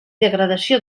degradació